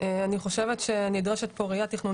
אין נציגות